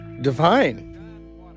Divine